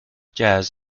jazz